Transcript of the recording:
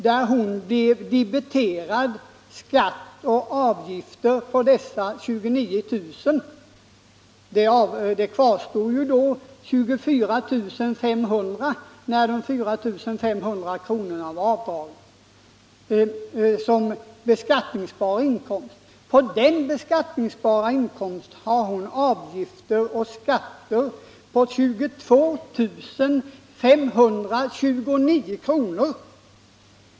Sedan de 4 500 avdragits återstår 24 500 kr. i beskattningsbar inkomst. På den beskattningsbara inkomsten har hon debiterats avgifter och skatter på 22 529 kr.